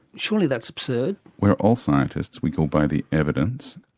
surely that's absurd? we're all scientists, we go by the evidence.